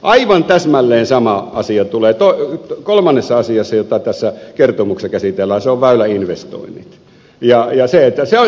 aivan täsmälleen sama asia tulee esiin kolmannessa asiassa jota tässä kertomuksessa käsitellään ja se on väyläinvestoinnit